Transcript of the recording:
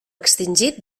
extingit